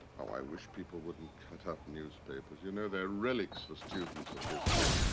i wish people wouldn't cut up newspapers. you know they're relics for students of history,